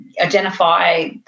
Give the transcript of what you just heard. identify